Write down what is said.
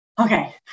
Okay